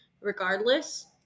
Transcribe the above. Regardless